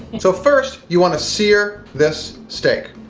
and so first, you wanna sear this steak.